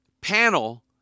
panel